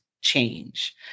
change